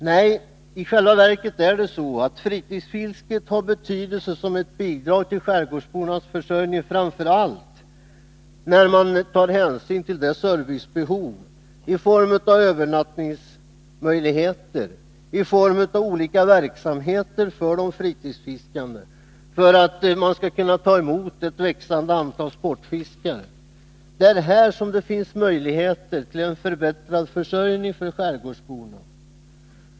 Nej, i själva verket är det så att fritidsfisket har betydelse som ett bidrag till skärgårdsbornas försörjning framför allt i samband med det servicebehov i form av övernattningsmöjligheter och i form av olika verksamheter för de fritidsfiskande som uppkommer, om det skall vara möjligt att ta emot ett växande antal sportfiskare. Det är här som det finns möjligheter till en förbättrad försörjning för skärgårdsborna.